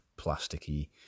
plasticky